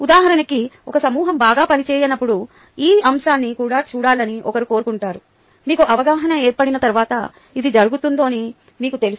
ఉదాహరణకు ఒక సమూహం బాగా పని చేయనప్పుడు ఈ అంశాన్ని కూడా చూడాలని ఒకరు కోరుకుంటారు మీకు అవగాహన ఏర్పడిన తర్వాత ఇది జరుగుతోందని మీకు తెలుసు